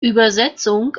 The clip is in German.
übersetzung